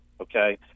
Okay